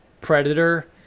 Predator